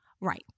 Right